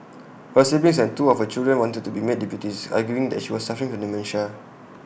her siblings and two of her children wanted to be made deputies arguing that she was suffering from dementia